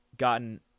Gotten